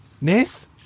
Ness